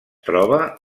troba